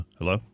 Hello